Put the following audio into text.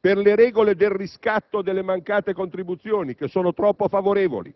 alle regole del riscatto delle mancate contribuzioni, troppo favorevoli;